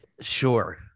Sure